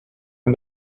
and